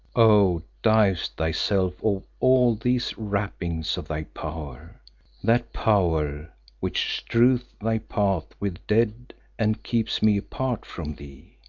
oh! divest thyself of all these wrappings of thy power that power which strews thy path with dead and keeps me apart from thee.